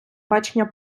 бачення